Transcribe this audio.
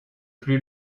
plus